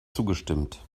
zugestimmt